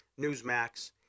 Newsmax